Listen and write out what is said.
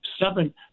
seven